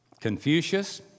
Confucius